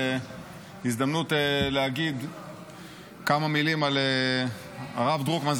הזדמנות להגיד כמה מילים על הרב דרוקמן,